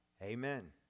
Amen